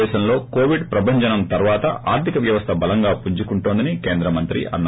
దేశంలో కొవిడ్ ప్రభంజనం తర్వాత ఆర్లిక వ్యవస్థ బలంగా పుంజుకుంటోందని కేంద్ర మంత్రి అన్నారు